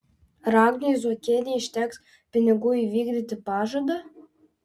ar agnei zuokienei užteks pinigų įvykdyti pažadą